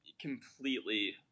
completely